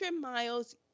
miles